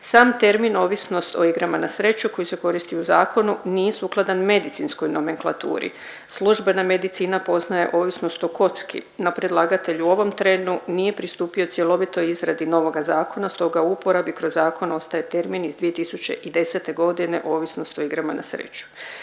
Sam termin ovisnost o igrama na sreću koji se koristi u zakonu nije sukladan medicinskoj nomenklaturi. Službena medicina poznaje ovisnost o kocki, no predlagatelj u ovom trenu nije pristupio cjelovitoj izradi novoga zakona, stoga u uporabi kroz zakon ostaje termin iz 2010.g. ovisnost o igrama na sreću.